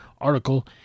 article